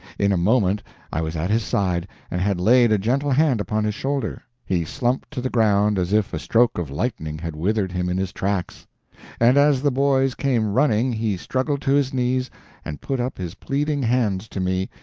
in a moment i was at his side and had laid a gentle hand upon his shoulder. he slumped to the ground as if a stroke of lightning had withered him in his tracks and as the boys came running he struggled to his knees and put up his pleading hands to me,